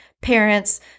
parents